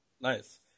Nice